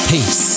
Peace